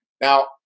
Now